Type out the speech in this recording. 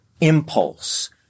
impulse